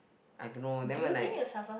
I don't know then when I